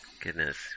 Goodness